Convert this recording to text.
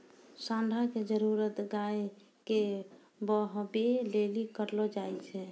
साँड़ा के जरुरत गाय के बहबै लेली करलो जाय छै